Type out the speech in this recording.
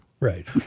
Right